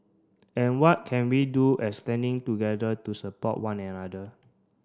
and what can we do as standing together to support one another